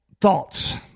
thoughts